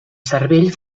cervell